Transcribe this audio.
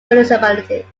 municipality